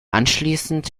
anschließend